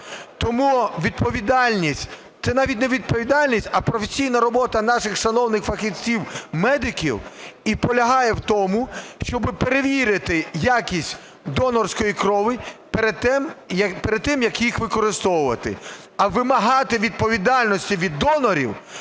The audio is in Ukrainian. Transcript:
Тому відповідальність, це навіть не відповідальність, а професійна робота наших шановних фахівців медиків і полягає в тому, щоб перевірити якість донорської крові перед тим, як її використовувати. А вимагати відповідальності від донорів